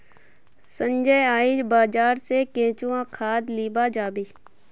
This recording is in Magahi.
संजय आइज बाजार स केंचुआ खाद लीबा जाबे